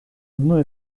одной